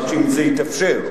אם זה רק יתאפשר.